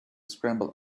scramble